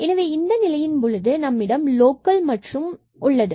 எனவே இந்த நிலையின் போது நம்மிடம் லோக்கல் மாக்சிமம் உள்ளது